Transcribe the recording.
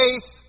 faith